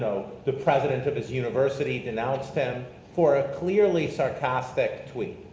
so the president of his university denounced him for a clearly sarcastic tweet.